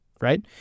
right